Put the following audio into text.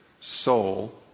soul